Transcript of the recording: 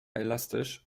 elastisch